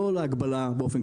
לא להגבלה באופן כללי.